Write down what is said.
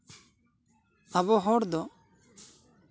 ᱟᱵᱚ ᱦᱚᱲ ᱫᱚ